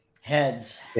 Heads